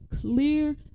Clear